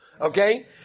okay